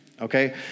okay